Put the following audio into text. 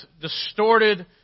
distorted